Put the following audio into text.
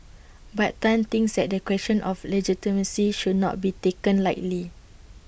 but Tan thinks that the question of legitimacy should not be taken lightly